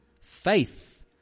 faith